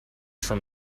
from